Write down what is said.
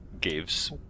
gives